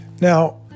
Now